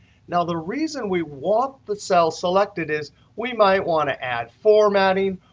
now the reason we want the cell selected is we might want to add formatting.